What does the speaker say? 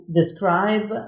describe